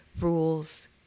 rules